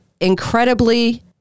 incredibly